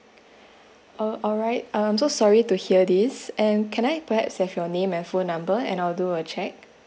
al~ alright I'm so sorry to hear this and can I perhaps have your name and phone number and I'll do a check